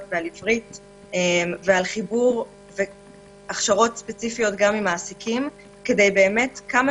ועל עברית ועל חיבור והכשרות ספציפיות גם עם מעסיקים כדי כמה